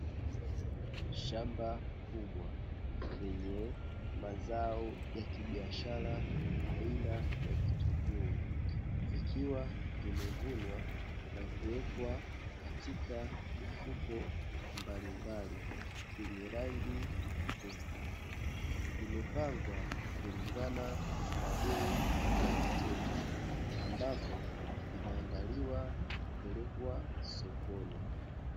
Shamba kubwa lenye mazao ya kibiashara aina ya vitunguu vikiwa vimevunwa na kuwekwa katika mifuko mbalimbali yenye rangi nyekundu, vimepangwa kulingana na bei za wateja ambapo vinaandaliwa kupelekwa sokoni.